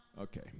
Okay